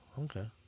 Okay